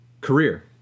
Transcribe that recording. career